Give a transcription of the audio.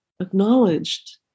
acknowledged